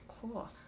cool